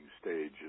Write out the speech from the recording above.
stage